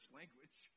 language